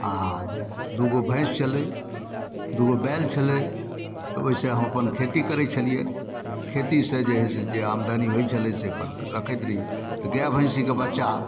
आ दूगो भैंस छलै दूगो बैल छलै तऽ ओहिसे हम अपन खेती करै छलियै खेतीसँ जे जे आमदनी होइ छलै से अपन रखैत रहियै तऽ गाय भैंसीके बच्चा